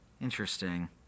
Interesting